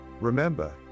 remember